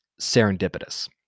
serendipitous